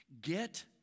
Get